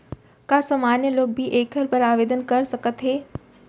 का सामान्य लोग भी एखर बर आवदेन कर सकत हे?